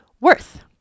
worth